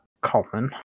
common